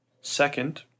Second